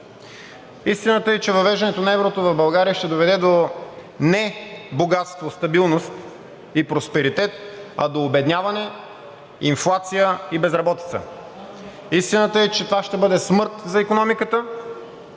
Истината е, че въвеждането на еврото в България ще доведе не до богатство, стабилност и просперитет, а до обедняване, инфлация и безработица. Истината е, че това ще бъде смърт за икономиката,